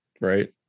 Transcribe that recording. Right